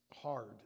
Hard